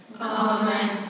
Amen